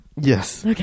Yes